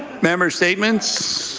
member statements.